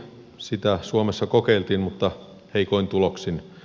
sitä suomessa kokeiltiin mutta heikoin tuloksin